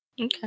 Okay